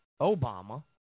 Obama